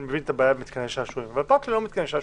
אני מבין את הבעיה במתקני שעשועים אבל פארק הוא לא מתקן שעשועים.